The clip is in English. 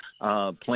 plan